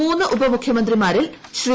മൂന്ന് ഉപമുഖ്യമന്ത്രിമാരിൽ ശ്രീ